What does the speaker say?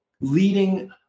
leading